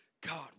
God